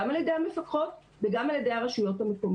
גם על ידי המפקחות וגם על ידי הרשויות המקומיות.